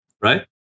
Right